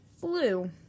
Blue